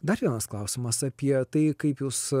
dar vienas klausimas apie tai kaip jūs